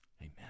Amen